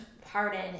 pardon